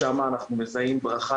שם אנחנו תוך